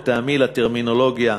לטעמי,